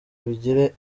bigire